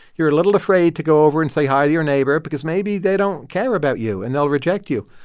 you're a little afraid to go over and say hi to your neighbor because maybe they don't care about you, and they'll reject you.